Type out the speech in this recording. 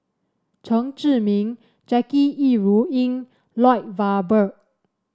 Chen Zhiming Jackie Yi Ru Ying Lloyd Valberg